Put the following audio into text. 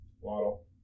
Waddle